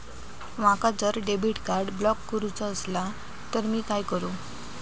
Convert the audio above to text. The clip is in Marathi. माका जर डेबिट कार्ड ब्लॉक करूचा असला तर मी काय करू?